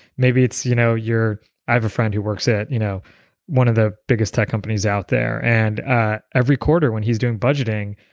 maybe it's you know your. i have a friend who works at you know one of the biggest tech companies out there, and every quarter when he's doing budgeting,